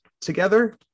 together